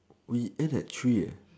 we end at three eh